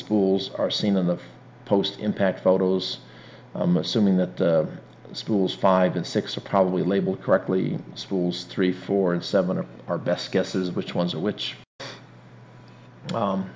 schools are seen in the post impact photos i'm assuming that schools five and six are probably label correctly schools three four and seven are our best guesses which ones which